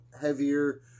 heavier